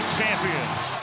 champions